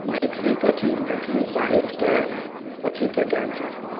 मैथिली कथि मैथिली साहित्यके कथिके ज्ञान चाही